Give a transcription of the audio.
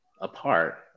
apart